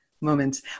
moments